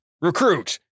Recruit